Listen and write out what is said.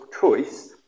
choice